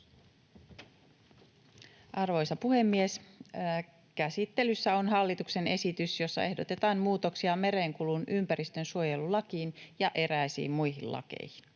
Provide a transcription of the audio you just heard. Arvoisa puhemies! Käsittelyssä on hallituksen esitys, jossa ehdotetaan muutoksia merenkulun ympäristönsuojelulakiin ja eräisiin muihin lakeihin.